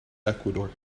ecuador